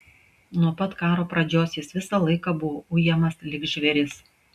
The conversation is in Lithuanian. nuo pat karo pradžios jis visą laiką buvo ujamas lyg žvėris